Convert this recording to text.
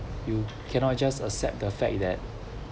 you cannot just accept the fact that